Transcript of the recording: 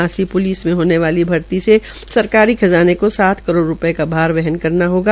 Hansi police में होने वाली भर्ती से सरकारी खज़ाने को सात करोड़ का भार वहन करना होग